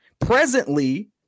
Presently